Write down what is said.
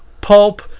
pulp